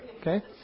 Okay